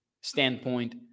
standpoint